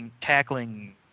tackling